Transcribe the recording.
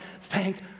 Thank